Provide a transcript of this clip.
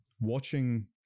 watching